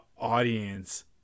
audience